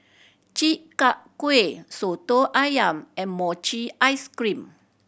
Chi Kak Kuih Soto Ayam and mochi ice cream